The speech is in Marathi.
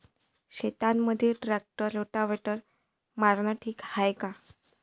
शेतामंदी ट्रॅक्टर रोटावेटर मारनं ठीक हाये का?